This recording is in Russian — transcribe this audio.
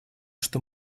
что